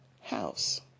house